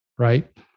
right